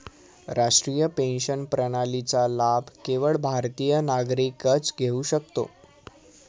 राष्ट्रीय पेन्शन प्रणालीचा लाभ केवळ भारतीय नागरिकच घेऊ शकतो